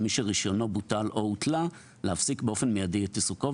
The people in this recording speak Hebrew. מי שרישיונו בוטל או הותלה להפסיק באופן מידי את עיסוקו".